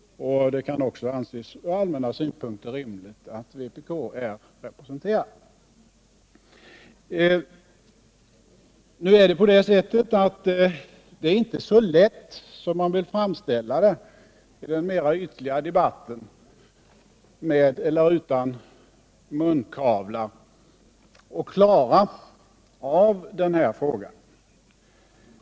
Det kan också ur allmänna synpunkter anses rimligt att vpk är representerat. Nu är det emellertid inte så lätt som man vill framställa det i den mera ytliga debatten — med eller utan munkavel —-att klara den här frågan.